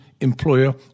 employer